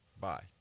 Bye